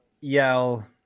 yell